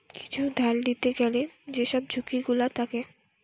কিছু ধার লিতে গ্যালে যেসব ঝুঁকি গুলো থাকে